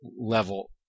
level